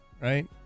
right